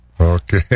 Okay